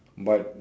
but